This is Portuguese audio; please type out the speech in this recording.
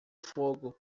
fogo